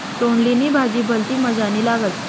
तोंडली नी भाजी भलती मजानी लागस